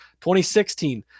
2016